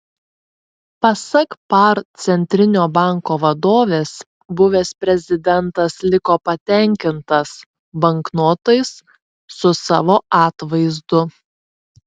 pasak par centrinio banko vadovės buvęs prezidentas liko patenkintas banknotais su savo atvaizdu